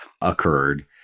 occurred